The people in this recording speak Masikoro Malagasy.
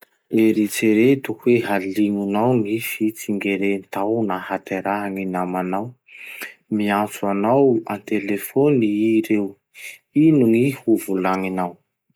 Eritsereto hoe halignonao gny fitsingerentaona nahataerahan'ny namanao. Miantso anao antelefony ii reo. Ino gny hovolagninao?